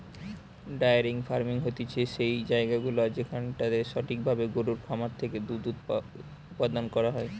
diary farming হতিছে সেই জায়গাগুলা যেখানটাতে সঠিক ভাবে গরুর খামার থেকে দুধ উপাদান করা হয়